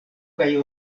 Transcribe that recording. kaj